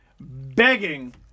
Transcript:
begging